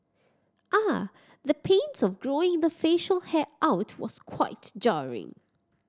ah the pains of growing the facial hair out was quite jarring